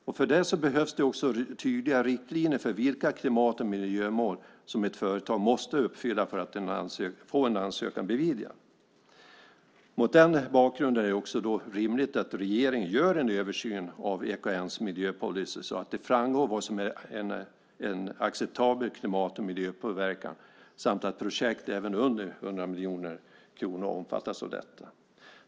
För det behövs tydliga riktlinjer för vilka klimat och miljömål som ett företag måste uppfylla för att få en ansökan beviljad. Mot denna bakgrund är det rimligt att regeringen gör en översyn av EKN:s miljöpolicy så att det framgår vad som är en acceptabel klimat och miljöpåverkan samt att projekt även under 100 miljoner kronor omfattas av detta.